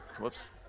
Whoops